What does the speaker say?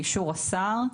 באישור השר,